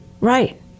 Right